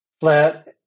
flat